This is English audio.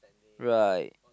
right